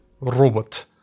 Robot